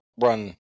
run